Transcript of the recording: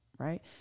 Right